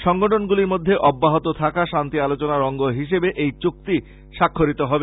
সংগঠনগুলির সঙ্গে অব্যহত থাকা শান্তি আলোচনার অঙ্গ হিসেবে এই চুক্তি স্বাক্ষরিত হবে